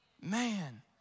Man